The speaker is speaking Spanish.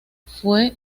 fue